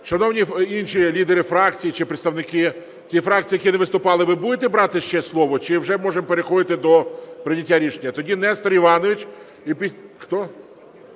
Шановні інші лідери фракцій чи представники тих фракцій, які не виступали, – ви будете брати ще слово, чи вже можемо переходити до прийняття рішення? Тоді Нестор Іванович… Хто?